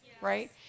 right